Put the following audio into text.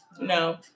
No